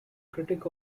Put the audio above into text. critic